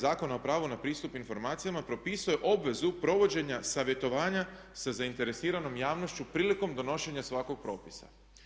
Zakona o pravu na pristup informacijama propisuje obvezu provođenja savjetovanja sa zainteresiranom javnošću prilikom donošenja svakog propisa.